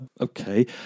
Okay